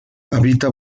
habita